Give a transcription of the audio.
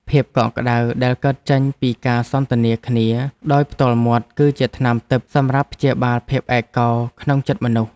ភាពកក់ក្ដៅដែលកើតចេញពីការសន្ទនាគ្នាដោយផ្ទាល់មាត់ គឺជាថ្នាំទិព្វសម្រាប់ព្យាបាលភាពឯកោក្នុងចិត្តមនុស្ស។